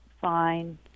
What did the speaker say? fine